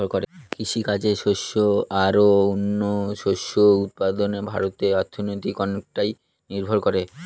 কৃষিকাজে শস্য আর ও অন্যান্য শস্য উৎপাদনে ভারতের অর্থনীতি অনেকটাই নির্ভর করে